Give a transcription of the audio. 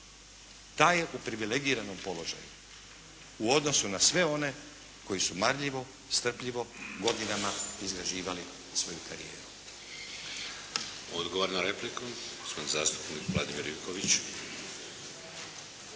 taj je u privilegiranom položaju u odnosu na sve one koji su marljivo, strpljivo, godinama izgrađivali svoju karijeru.